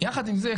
יחד עם זאת,